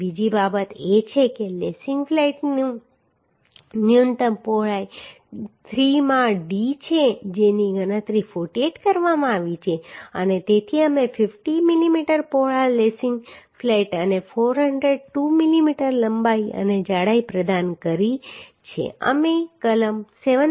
બીજી બાબત એ છે કે લેસિંગ ફ્લેટની ન્યૂનતમ પહોળાઈ 3 માં d છે જેની ગણતરી 48 કરવામાં આવી છે અને તેથી અમે 50 mm પહોળા લેસિંગ ફ્લેટ અને 402 mm લંબાઈ અને જાડાઈ પ્રદાન કરી છે અમે કલમ 7